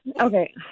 Okay